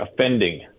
offending